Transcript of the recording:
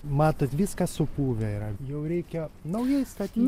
matot viskas supuvę yra jau reikia naujai statyti